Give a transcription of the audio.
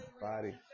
body